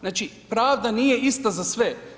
Znači, pravda nije ista za sve.